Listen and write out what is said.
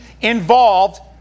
involved